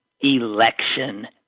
election